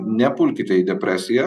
nepulkite į depresiją